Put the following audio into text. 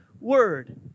word